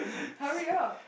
hurry up